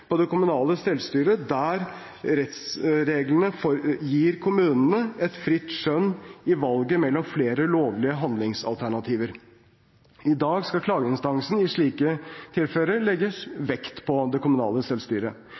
på det kommunale selvstyret der rettsregelen gir kommunene et fritt skjønn i valget mellom flere lovlige handlingsalternativer. I dag skal klageinstansen i slike tilfeller legges vekt på av det kommunale selvstyret.